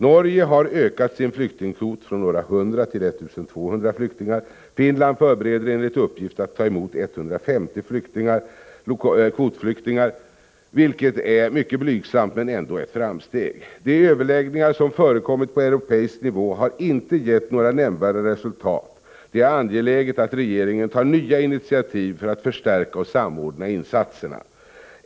Norge har ökat sin flyktingkvot från några hundra till 1 200 flyktingar. Finland förbereder enligt uppgift att ta emot 150 kvotflyktingar, vilket är mycket blygsamt men ändå ett framsteg. De överläggningar som förekommit på europeisk nivå har inte gett några nämnvärda resultat. Det är angeläget att regeringen tar nya initiativ för att förstärka och samordna insatserna.